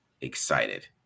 excited